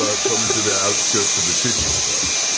ah come to the outskirts of the city with us?